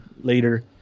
later